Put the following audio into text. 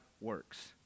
works